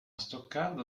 stoccarda